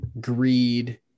greed